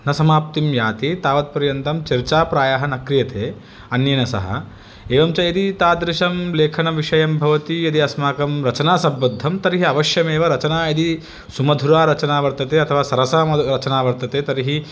न समाप्तिं याति तावत्पर्यन्तं चर्चा प्रायः न क्रियते अन्येन सह एवं च यदि तादृशं लेखनविषयं भवति यदि अस्माकं रचनासम्बद्धं तर्हि अवश्यमेव रचना यदि सुमधुरा रचाना वर्तते अथवा सरसामरचना वर्तते तर्हि